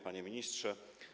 Panie Ministrze!